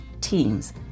teams